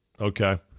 Okay